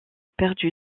perdu